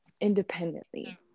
independently